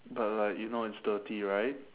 but like you know it's dirty right